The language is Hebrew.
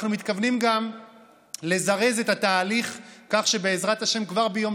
אנחנו מתכוונים גם לזרז את התהליך כך שבעזרת השם כבר ביום